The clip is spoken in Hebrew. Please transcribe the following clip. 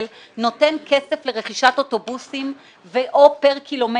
נותן כסף לרכישת אוטובוסים או פר ק"מ,